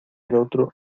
otro